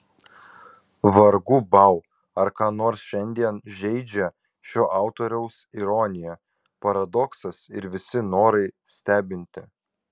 vargu bau ar ką nors šiandien žeidžia šio autoriaus ironija paradoksas ir visi norai stebinti